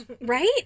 right